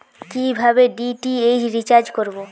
কিভাবে DTH recharge করব?